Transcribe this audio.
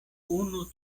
unu